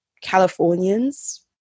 Californians